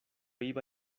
iba